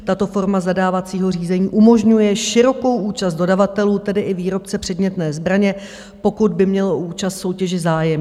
Tato forma zadávacího řízení umožňuje širokou účast dodavatelů, tedy i výrobce předmětné zbraně, pokud by měl o účast v soutěži zájem.